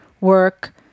work